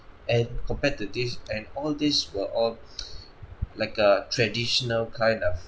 and compared to this and all this were all like a traditional kind of